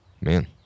Man